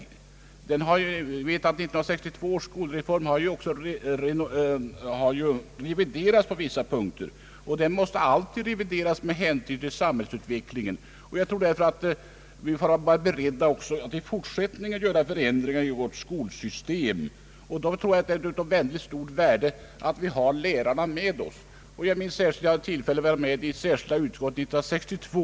Vi vet att 1962 års skolreform har reviderats på vissa punkter, och den måste alltid revideras med hänsyn till samhällsutvecklingen. Vi får därför vara beredda att också i fortsättningen göra förändringar i vårt skolsystem. Därför tror jag att det är av mycket stort värde att vi har lärarna med oss. Jag hade tillfälle att vara med i särskilda utskottet år 1962.